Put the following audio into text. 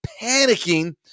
panicking